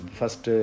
first